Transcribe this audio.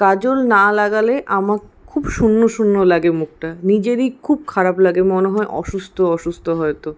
কাজল না লাগালে আমাকে খুব শূন্য শূন্য লাগে মুখটা নিজেরই খুব খারাপ লাগে মনে হয় অসুস্থ অসুস্থ হয়তো